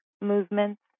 movements